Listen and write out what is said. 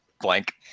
blank